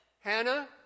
Hannah